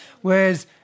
Whereas